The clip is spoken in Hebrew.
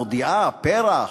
ממתי מודיעה פרח,